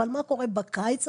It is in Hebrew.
אבל מה קורה בקיץ,